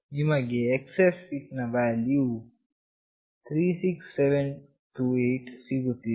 ನಮಗೆ x axis ನ value 36728 ಸಿಗುತ್ತಿದೆ